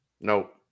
Nope